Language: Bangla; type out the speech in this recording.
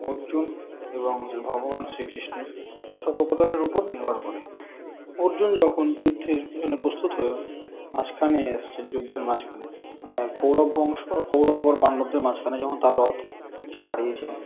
অর্জুন এবং ভগবান শ্রী কৃষ্ণের কথোপকথনের ওপর নির্ভর করে অর্জুন যখন যুদ্ধের জন্যে প্রস্তুত হয়ে মাঝখানে এসেছেন যুদ্ধের মাঝখানে মানে কৌরব বংশ কৌরব ওর পাণ্ডবদের মাঝখানে যখন তার রথ এসে দাঁড়িয়েছে